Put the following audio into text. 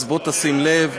אז בוא תשים לב.